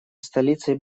столицей